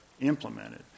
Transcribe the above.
implemented